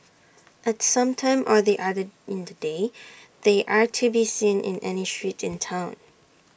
at some time or the other in the day they are to be seen in any street in Town